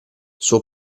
suo